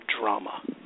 drama